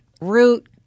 root